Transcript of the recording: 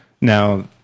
Now